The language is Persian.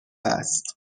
است